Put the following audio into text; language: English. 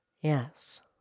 Yes